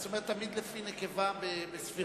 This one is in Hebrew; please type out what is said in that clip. זאת אומרת, תמיד לפי נקבה בספירה.